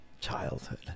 childhood